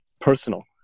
personal